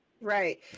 right